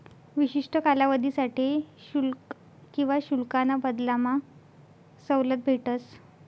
विशिष्ठ कालावधीसाठे शुल्क किवा शुल्काना बदलामा सवलत भेटस